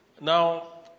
Now